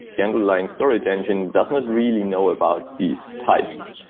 the underlying storage engine does not really know about these types.